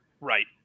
right